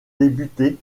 débuté